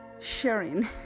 sharing